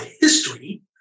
history